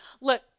look